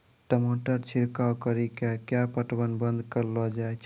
टमाटर छिड़काव कड़ी क्या पटवन बंद करऽ लो जाए?